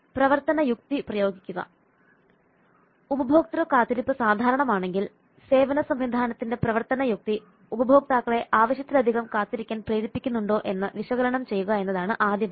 പ്രവർത്തന യുക്തി പ്രയോഗിക്കുക ഉപഭോക്തൃ കാത്തിരിപ്പ് സാധാരണമാണെങ്കിൽ സേവന സംവിധാനത്തിന്റെ പ്രവർത്തന യുക്തി ഉപഭോക്താക്കളെ ആവശ്യത്തിലധികം കാത്തിരിക്കാൻ പ്രേരിപ്പിക്കുന്നുണ്ടോ എന്ന് വിശകലനം ചെയ്യുക എന്നതാണ് ആദ്യ പടി